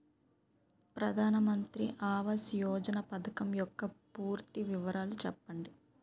ప్రధాన మంత్రి ఆవాస్ యోజన పథకం యెక్క పూర్తి వివరాలు చెప్పండి?